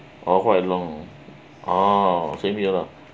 oh quite long oh same here lah